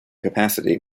capacity